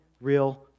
real